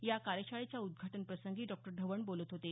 या कार्यशाळेच्या उदघाटन प्रसंगी डॉ ढवण बोलत होते